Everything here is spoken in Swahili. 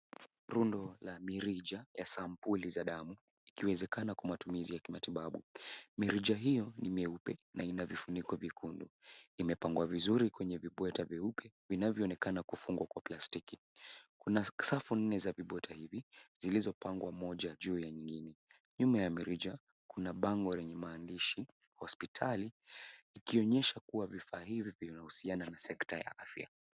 Rundo la mirija ya sampuli za damu ikiwezekana kwa matumizi ya kimatibabu mirija hiyo ni meupe na ina vifuniko vikundi imepangwa vizuri kwenye vibweta vyeupe vinavyoonekana kufungwa kwa plastiki, kuna safu nne za vibweta hizi zilizopangwa moja juu ya nyigine , nyuma ya mirija kuna bango lenye maandishi hospitali ikionyesha kuwa vifaa hivi vina husiana na sekta ya afya.